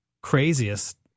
craziest